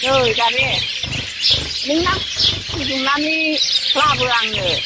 नै जाबे नोंनो फुदुंनानै लाबो आंनो